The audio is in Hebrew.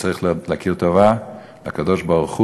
וצריך להכיר טובה לקדוש-ברוך-הוא.